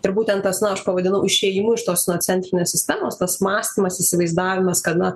ir būtent na aš pavadinau išėjimu iš tos sinocentrinės sistemos tas mąstymas įsivaizdavimas kad na